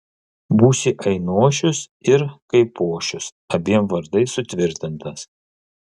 būsi ainošius ir kaipošius abiem vardais sutvirtintas